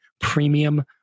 premium